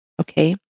okay